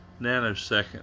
nanosecond